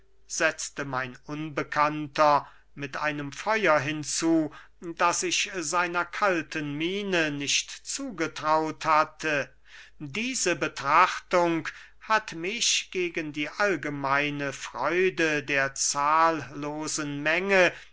mein unbekannter mit einem feuer hinzu das ich seiner kalten miene nicht zugetraut hatte diese betrachtung hat mich gegen die allgemeine freude der zahllosen menge